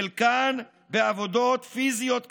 חלקן בעבודות פיזיות קשות.